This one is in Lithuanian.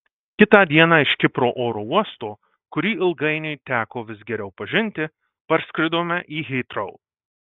kitą dieną iš kipro oro uosto kurį ilgainiui teko vis geriau pažinti parskridome į hitrou